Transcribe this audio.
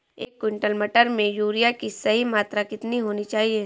एक क्विंटल मटर में यूरिया की सही मात्रा कितनी होनी चाहिए?